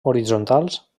horitzontals